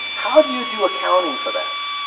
how do you do accounting for that?